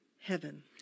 heaven